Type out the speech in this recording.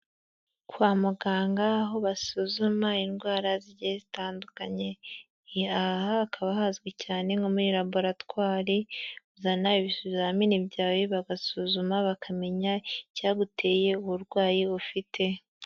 Kwa muganga aho basuzuma indwara zigiye zitandukanye aha hakaba hazwi cyane nko muri laboratwari uzana ibizamini byawe bagasuzuma bakamenya icyaguteye uburwayi ufite.